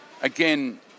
Again